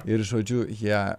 ir žodžiu jie